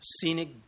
scenic